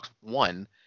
One